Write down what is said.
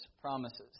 promises